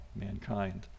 mankind